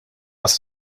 għas